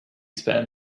spam